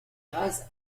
ras